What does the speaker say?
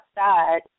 outside